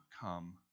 come